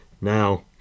now